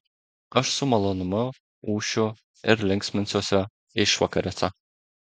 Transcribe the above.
aš su malonumu ūšiu ir linksminsiuosi išvakarėse